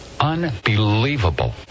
unbelievable